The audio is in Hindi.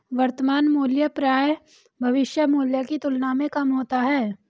वर्तमान मूल्य प्रायः भविष्य मूल्य की तुलना में कम होता है